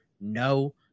No